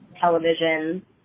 television